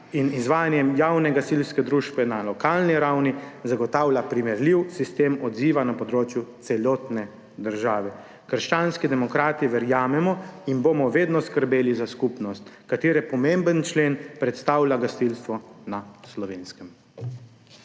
in z izvajanjem javne gasilske službe na lokalni ravni zagotavlja primerljiv sistem odziva na področju celotne države. Krščanski demokrati verjamemo in bomo vedno skrbeli za skupnost, katere pomemben člen predstavlja gasilstvo na Slovenskem.